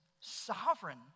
sovereign